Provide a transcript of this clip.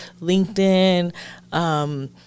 LinkedIn